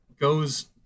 goes